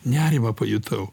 nerimą pajutau